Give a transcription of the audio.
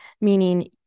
meaning